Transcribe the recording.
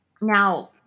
Now